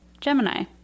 Gemini